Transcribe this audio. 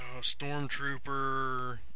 Stormtrooper